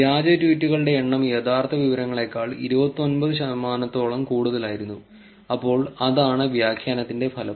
വ്യാജ ട്വീറ്റുകളുടെ എണ്ണം യഥാർത്ഥ വിവരങ്ങളേക്കാൾ 29 ശതമാനത്തോളം കൂടുതലായിരുന്നു അപ്പോൾ അതാണ് വ്യാഖ്യാനത്തിന്റെ ഫലം